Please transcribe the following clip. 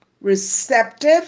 receptive